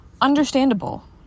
Understandable